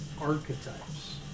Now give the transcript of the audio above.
archetypes